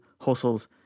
hustles